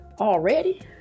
Already